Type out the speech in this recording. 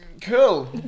Cool